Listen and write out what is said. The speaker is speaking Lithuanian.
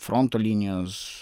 fronto linijos